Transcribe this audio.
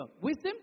Wisdom